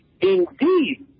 Indeed